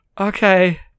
Okay